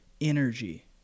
energy